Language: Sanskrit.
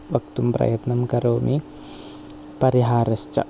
वक्तुं प्रयत्नं करोमि परिहारश्च